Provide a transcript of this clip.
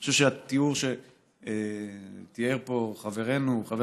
אני חושב שהתיאור שתיאר פה חברנו חבר